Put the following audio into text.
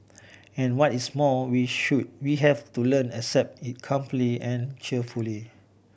and what is more we should we have to learn accept it calmly and cheerfully